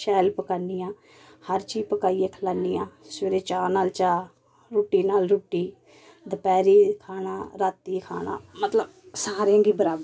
शैल पकान्नी आं हर चीज पकाइये खलान्नी आं सबेरे चा नाल चा रूट्टी नाल रूट्टी दपैहरी खाना रातीं खाना मतलब सारें गी बराबर